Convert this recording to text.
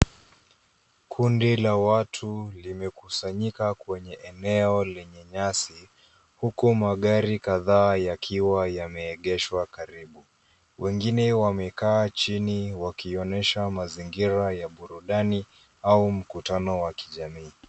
Kundi la watu limekusanyika kwenye eneo lenye nyasi huku magari kadhaa yakiwa yameegeshwa karibu. Wengine wamekaa chini wakionyesha mazingira ya burudani au mkutano wa kijamii.